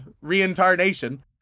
reincarnation